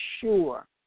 sure